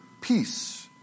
peace